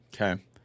Okay